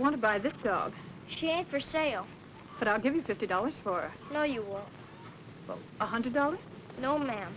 want to buy the dog she had for sale but i'll give you fifty dollars for you know you want the one hundred dollars no ma'am